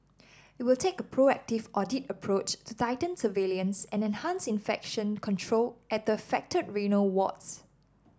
it will take a proactive audit approach to tighten surveillance and enhance infection control at the affected renal wards